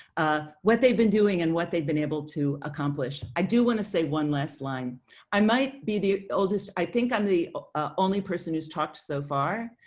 ah what they've been doing and what they've been able to accomplish. i do want to say one last line i might be the oldest i think i'm the ah only person who's talked to so far.